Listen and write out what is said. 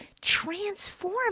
transform